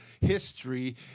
history